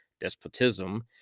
despotism